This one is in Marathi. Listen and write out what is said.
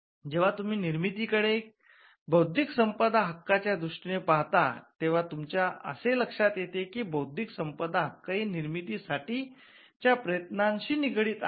जेव्हा तुम्ही निर्मितीकडे बौद्धिक संपदा हक्कच्या दृष्टीने पाहतात तेव्हा तुमच्या असे लक्षात येते की बौद्धिक संपदा हक्क हे निर्मिती साठी च्या प्रयत्नांशी निगडीत आहेत